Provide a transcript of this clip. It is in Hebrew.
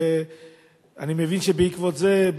ואני מבין שבעקבות זה,